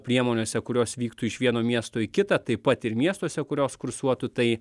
priemonėse kurios vyktų iš vieno miesto į kitą taip pat ir miestuose kurios kursuotų tai